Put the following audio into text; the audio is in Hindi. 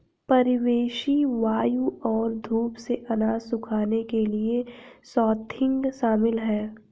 परिवेशी वायु और धूप से अनाज सुखाने के लिए स्वाथिंग शामिल है